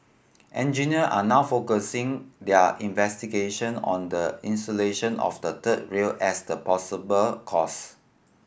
engineer are now focusing their investigation on the insulation of the third rail as the possible cause